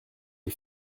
les